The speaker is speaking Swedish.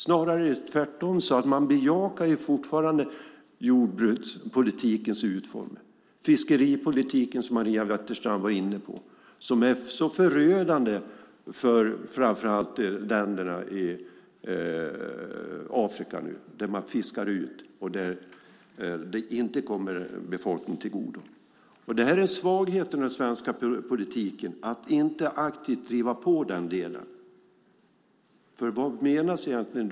Snarare är det tvärtom så att man fortfarande bejakar jordbrukspolitikens utformning och fiskeripolitiken som Maria Wetterstrand var inne på, den som är så förödande för framför allt länderna i Afrika, där man fiskar ut och där det inte kommer befolkningen till godo. Det är en svaghet i den svenska politiken att inte aktivt driva på i den delen. Vad menas egentligen?